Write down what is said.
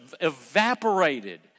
evaporated